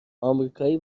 آمریکایی